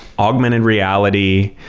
augmented reality.